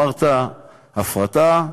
אמרת הפרטה,